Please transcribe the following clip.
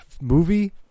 movie